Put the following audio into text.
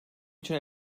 için